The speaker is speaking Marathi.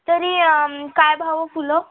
तरी काय भाव फुलं